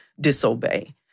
disobey